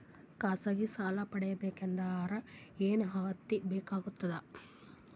ಖಾಸಗಿ ಸಾಲ ಪಡಿಬೇಕಂದರ ಏನ್ ಅರ್ಹತಿ ಬೇಕಾಗತದ?